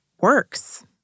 works